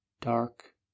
Dark